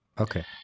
Okay